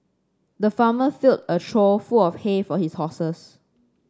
the farmer filled a trough full of hay for his horses